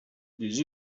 des